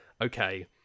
okay